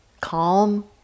calm